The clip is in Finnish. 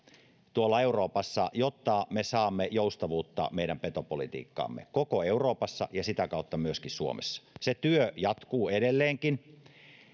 tuolla euroopassa jotta me saamme joustavuutta meidän petopolitiikkaamme koko euroopassa ja sitä kautta myöskin suomessa se työ jatkuu edelleenkin